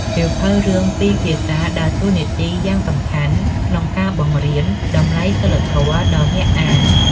សៀវភៅរឿងពីរភាសាដើរតួនាទីយ៉ាងសំខាន់ក្នុងការបង្រៀន តម្លៃសីលធម៌ ដល់អ្នកអាន។